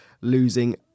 losing